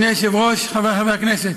אדוני היושב-ראש, חבריי חבר הכנסת,